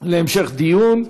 להמשך דיון.